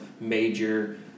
major